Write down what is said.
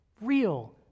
real